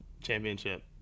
championship